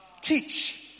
teach